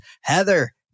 Heather